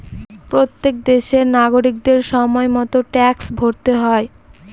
প্রত্যেক দেশের নাগরিকদের সময় মতো ট্যাক্স ভরতে হয়